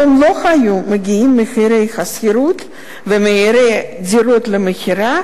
לא היו מחירי השכירות ומחירי הדירות למכירה